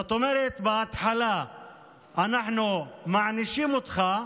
זאת אומרת, בהתחלה אנחנו מענישים אותך,